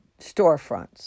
storefronts